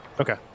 Okay